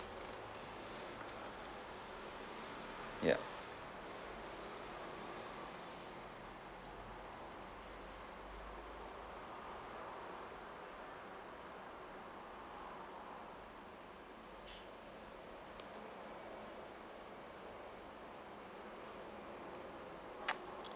yup